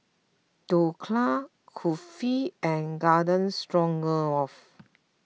Dhokla Kulfi and Garden Stroganoff